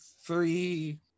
three